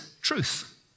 truth